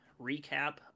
recap